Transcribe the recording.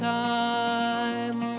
time